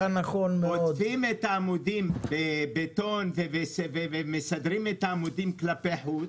עוטפים את העמודים בבטון ומסדרים את העמודים כלפי חוץ,